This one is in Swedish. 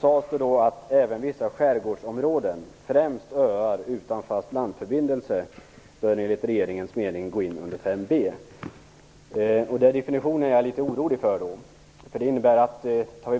sades det att även vissa skärgårdsområden, främst öar utan fast landförbindelse, enligt regeringens mening bör gå in under 5b. Jag är litet orolig över den definitionen.